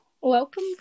Welcome